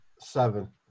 seven